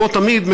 כמו תמיד,